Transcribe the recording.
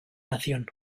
nación